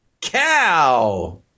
cow